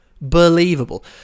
believable